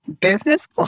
business